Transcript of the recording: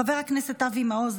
חבר הכנסת אבי מעוז,